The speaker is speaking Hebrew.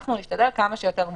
אנחנו נשתדל כמה שיותר מוקדם,